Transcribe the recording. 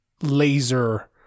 laser